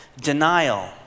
denial